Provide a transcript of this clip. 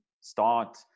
start